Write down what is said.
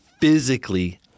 physically